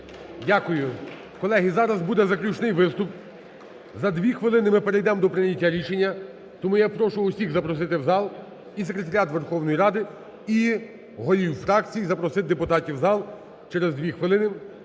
Дякую. Колеги, зараз буде заключний виступ. За дві хвилини ми перей демо до прийняття рішення. Тому я прошу усміх запросити в зал. І Секретаріат Верховної Ради, і голів фракцій запросити депутатів в зал, через 2 хвилини